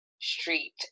street